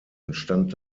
entstand